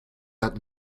that